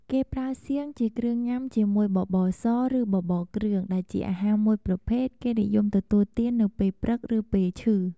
គេប្រើសៀង ជាគ្រឿងញុំាជាមួយបបរ ស ឬ បបរគ្រឿង ដែលជាអាហារមួយប្រភេទ គេនិយមទទួលទាននៅពេលព្រឺក ឬ ពេលឈឹ។